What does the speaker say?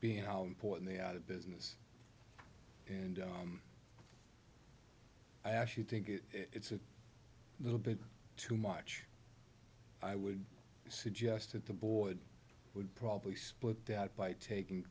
being how important the out of business and i actually think it's a little bit too much i would suggest that the boy would probably split that by taking